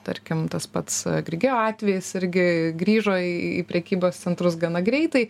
tarkim tas pats grigeo atvejis irgi grįžo į prekybos centrus gana greitai